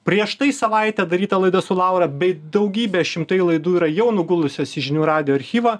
prieš tai savaitę daryta laida su laura bei daugybė šimtai laidų yra jau nugulusios į žinių radijo archyvą